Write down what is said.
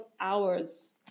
hours